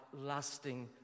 lasting